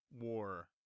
war